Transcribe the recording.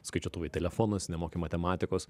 skaičiuotuvai telefonas nemoki matematikos